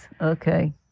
Okay